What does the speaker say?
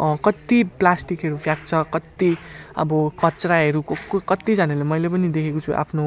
कत्ति प्लास्टिकहरू फ्याँक्छ कत्ति अब कचराहरू को को कत्तिजनाले मैले पनि देखेको छु आफ्नो